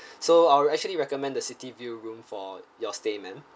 so I'll actually recommend the city view room for your stay ma'am